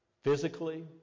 Physically